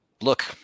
Look